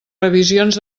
revisions